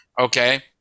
okay